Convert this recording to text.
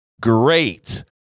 Great